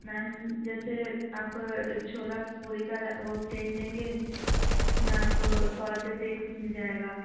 میم جیسے آب چھولا پوری کا وہ پلیٹ لیں گے اس میں آپ کو سو روپے پلیٹ مل جائے گا